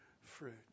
fruit